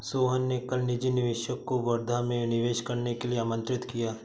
सोहन ने कल निजी निवेशक को वर्धा में निवेश करने के लिए आमंत्रित किया